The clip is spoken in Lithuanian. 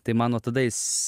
tai mano tadais